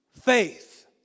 faith